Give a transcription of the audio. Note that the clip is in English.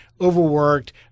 overworked